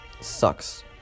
sucks